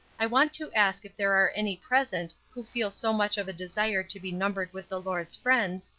i want to ask if there are any present who feel so much of a desire to be numbered with the lord's friends,